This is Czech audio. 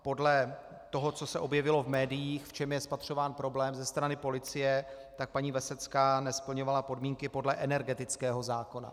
Podle toho, co se objevilo v médiích, v čem je spatřován problém ze strany policie, tak paní Vesecká nesplňovala podmínky podle energetického zákona.